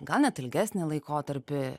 gal net ilgesnį laikotarpį